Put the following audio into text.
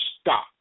stop